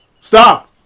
Stop